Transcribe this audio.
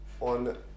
on